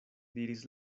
diris